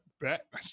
bet